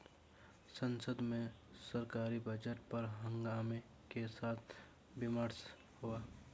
संसद में सरकारी बजट पर हंगामे के साथ विमर्श हुआ